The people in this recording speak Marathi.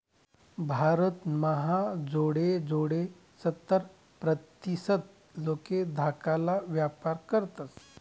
भारत म्हा जोडे जोडे सत्तर प्रतीसत लोके धाकाला व्यापार करतस